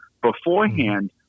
Beforehand